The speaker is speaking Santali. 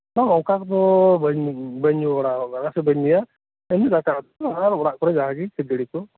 ᱵᱟᱝ ᱚᱱᱠᱟᱫᱚ ᱵᱟᱹᱧ ᱧᱩᱵᱟᱲᱟᱣᱟᱠᱟᱫᱟ ᱵᱟᱹᱧ ᱧᱩᱭᱟ ᱮᱢᱱᱤ ᱫᱟᱠᱟ ᱩᱛᱩ ᱟᱨ ᱚᱲᱟᱜ ᱠᱚᱨᱮ ᱡᱟᱜᱤ ᱠᱷᱟᱹᱡᱟᱹᱲᱤ ᱠᱩ